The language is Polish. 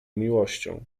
miłością